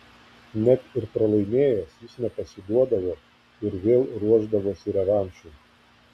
net ir pralaimėjęs jis nepasiduodavo ir vėl ruošdavosi revanšui